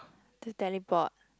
to teleport